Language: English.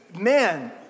man